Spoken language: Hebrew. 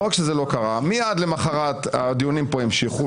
מיד למוחרת הדיונים פה המשיכו,